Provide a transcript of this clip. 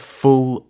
full